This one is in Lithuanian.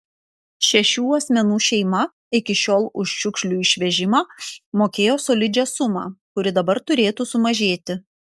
šešių asmenų šeima iki šiol už šiukšlių išvežimą mokėjo solidžią sumą kuri dabar turėtų sumažėti